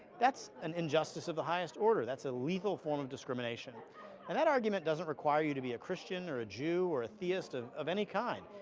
that's an injustice of the highest order. that's a legal form of discrimination and that argument doesn't require you to be a christian or a jew or a theist of of any kind.